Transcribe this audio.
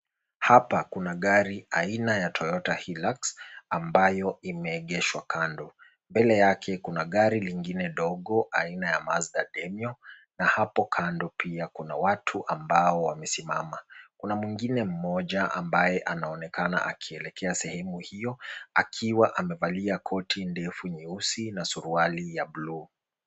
Hapa kuna gari aina ya Toyota Hilux ambayo imeegeshwa kando. Mbele yake kuna gari lingine ndogo aina ya Mazda Demio na hapo kando pia kuna watu ambao wamesimama. Kuna mwingine mmoja ambaye anaonekana akielekelea sehemu hiyo akiwa amevalia koti ndefu nyeusi na suruali ya bluu.